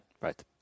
Right